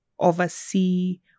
oversee